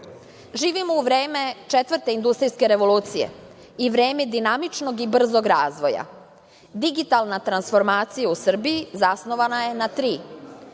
u vreme četvrte industrijske revolucije i vreme dinamičnog i brzog razvoja. Digitalna transformacija u Srbiji zasnovana je na tri